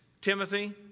Timothy